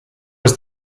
was